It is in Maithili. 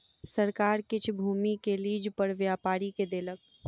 सरकार किछ भूमि के लीज पर व्यापारी के देलक